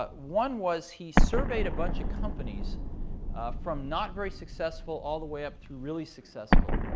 but one was, he surveyed a bunch of companies from not very successful all the way up through really successful.